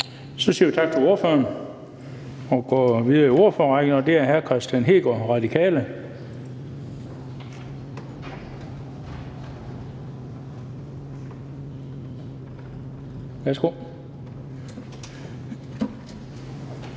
Så siger vi tak til ordføreren og går videre i ordførerrækken til hr. Kristian Hegaard, Radikale. Kl.